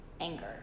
anger